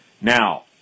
Now